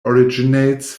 originates